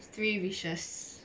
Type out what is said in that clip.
three wishes